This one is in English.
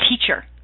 teacher